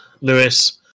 Lewis